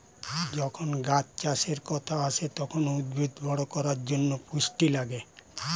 যখন গাছ চাষের কথা আসে, তখন উদ্ভিদ বড় করার জন্যে পুষ্টি লাগে